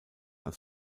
als